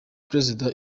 perezida